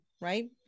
Right